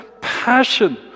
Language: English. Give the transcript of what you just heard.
passion